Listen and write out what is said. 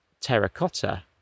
terracotta